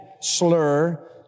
slur